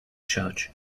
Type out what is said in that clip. church